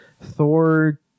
thor